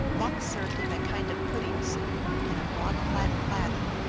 lox served him a kind of pudding-soup in a broad, flat platter.